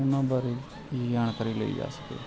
ਉਹਨਾ ਬਾਰੇ ਜਾਣਕਾਰੀ ਲਈ ਜਾ ਸਕੇ